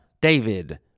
David